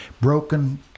broken